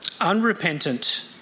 unrepentant